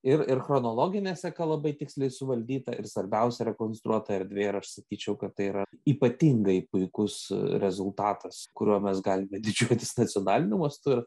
ir ir chronologinė seka labai tiksliai suvaldyta ir svarbiausia rekonstruota erdvė ir aš sakyčiau kad tai yra ypatingai puikus rezultatas kuriuo mes galime didžiuotis nacionaliniu mastu ir